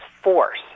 force